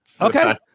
Okay